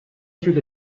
through